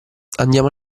andiamo